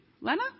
Lena